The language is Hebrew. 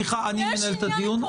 סליחה, אני מנהל את הדיון.